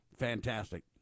fantastic